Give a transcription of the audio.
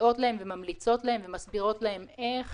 שמציעות להם וממליצות להם ומסבירות להם איך